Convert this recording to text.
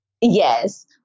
Yes